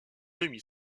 demi